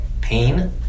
pain